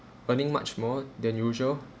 earning much more than usual